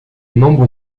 membre